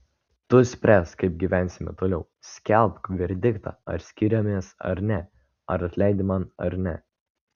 tu spręsk kaip gyvensime toliau skelbk verdiktą ar skiriamės ar ne ar atleidi man ar ne